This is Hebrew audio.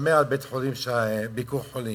לשמור על בית-החולים "ביקור חולים".